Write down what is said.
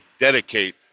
Dedicate